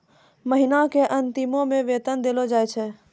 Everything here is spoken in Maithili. महिना के अंतिमो मे वेतन देलो जाय छै